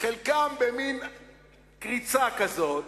חלקכם במין קריצה כזאת,